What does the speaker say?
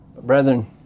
Brethren